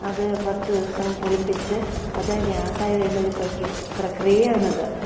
അത് കുറച്ച് ദിവസം പുളിപ്പിച്ച് അത് ഗ്യാസായി വരുന്ന ഒരു പ്രക്രിയ പ്രക്രിയ ആണത്